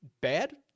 bad